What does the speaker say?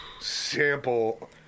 sample